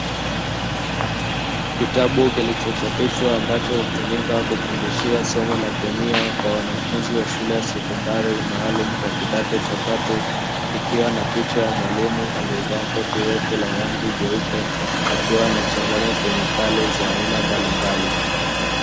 Kitabu kilichochapishwa ambacho hutumika kufundishia somo la kemia kwa wanafunzi wa shule ya sekondari maalumu wa kidato cha tatu, kikiwa na picha ya mwalimu aliyevaa koti refu la rangi nyeupe akiwa anachanganya kemikali za aina mbalimbali.